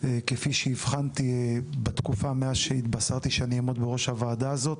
כפי שאיבחנתי בתקופה מאז שהתבשרתי שאני אעמוד בראש הוועדה הזאת,